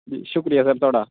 शुक्रिया सर थुआढ़ा